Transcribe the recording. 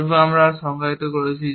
এবং আমরা সংজ্ঞায়িত করেছি